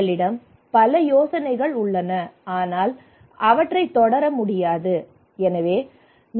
எங்களிடம் பல யோசனைகள் உள்ளன ஆனால் அவற்றைத் தொடர முடியாது எனவே